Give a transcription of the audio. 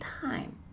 time